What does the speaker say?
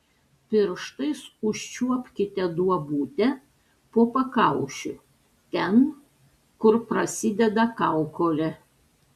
pirštais užčiuopkite duobutę po pakaušiu ten kur prasideda kaukolė